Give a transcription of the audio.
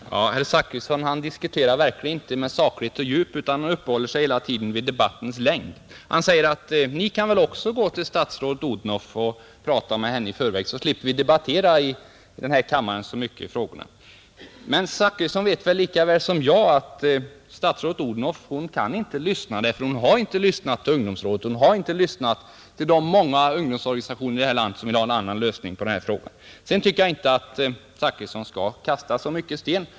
Herr talman! Herr Zachrisson diskuterar verkligen inte med saklighet och djup utan har hela tiden uppehållit sig vid debattens längd. Han säger att också vi kan gå till statsrådet Odhnoff och tala med henne i förväg så slipper vi diskutera dessa frågor så mycket här i kammaren. Men herr Zachrisson vet lika väl som jag att statsrådet Odhnoff inte kan lyssna. Hon har i varje fall inte lyssnat på ungdomsrådet och på de många ungdomsorganisationer här i landet som vill ha en annan lösning i den här frågan. Sedan tycker jag inte att herr Zachrisson skall kasta så mycket sten.